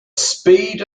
speed